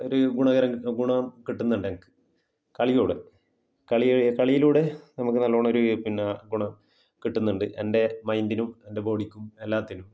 ഒരു ഗുണകരം ഗുണം കിട്ടുന്നുണ്ട് എനിക്ക് കളിയിലൂടെ കളിയിലൂടെ നമുക്ക് നല്ലോണം ഒരു പിന്നെ ഗുണം കിട്ടുന്നുണ്ട് എൻ്റെ മൈൻഡിനും എൻ്റെ ബോഡിക്കും എല്ലാത്തിനും